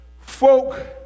folk